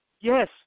yes